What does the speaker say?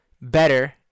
better